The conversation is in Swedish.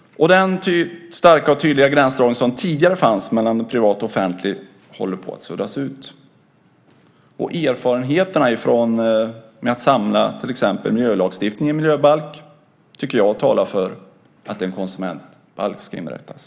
Den starka och tydliga gränsdragning som tidigare fanns mellan privat och offentligt håller på att suddas ut. Erfarenheterna med att samla till exempel miljölagstiftningen i en miljöbalk tycker jag talar för att en konsumentbalk ska skapas.